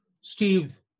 Steve